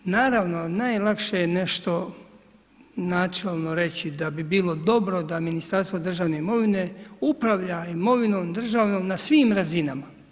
Naravno, najlakše je nešto načelno da bi bilo dobro da Ministarstvo državne imovine upravlja imovinom državnom na svim razinama.